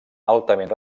altament